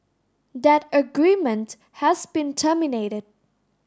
that agreement has been terminated